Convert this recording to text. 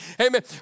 Amen